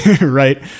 Right